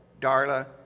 Darla